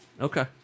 Okay